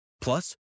Plus